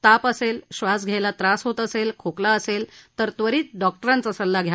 ताप असेल श्वास घ्यायला त्रास होत असेल आणि खोकला असेल तर त्वरित डॉक्टरांचा सल्ला घ्या